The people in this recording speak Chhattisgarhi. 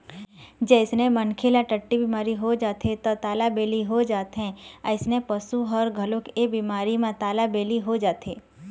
जइसे मनखे ल टट्टी बिमारी हो जाथे त तालाबेली हो जाथे अइसने पशु ह घलोक ए बिमारी म तालाबेली हो जाथे